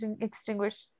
extinguish